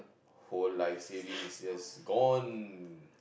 whole like savings just gone